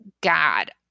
God